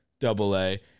double-A